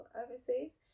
overseas